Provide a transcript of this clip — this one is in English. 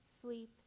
Sleep